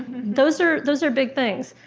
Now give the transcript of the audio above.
those are those are big things.